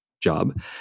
job